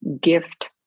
gift